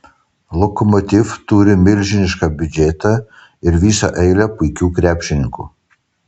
lokomotiv turi milžinišką biudžetą ir visą eilę puikių krepšininkų